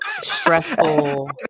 stressful